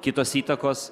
kitos įtakos